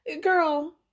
Girl